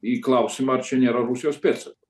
į klausimą ar čia nėra rusijos pėdsakų